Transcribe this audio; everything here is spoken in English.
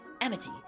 Amity